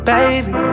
Baby